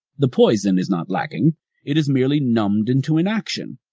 the poison is not lacking it is merely numbed into inaction.